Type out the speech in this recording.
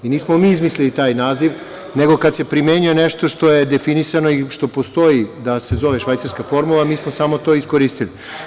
Nismo mi izmislili taj naziv, nego kada se primenjuje nešto što je definisano i što postoji da se zove švajcarska formula, mi smo samo to iskoristili.